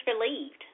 relieved